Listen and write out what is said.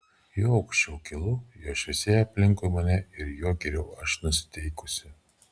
juo aukščiau kylu juo šviesėja aplinkui mane ir juo geriau aš nusiteikusi